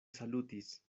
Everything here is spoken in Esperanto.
salutis